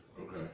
Okay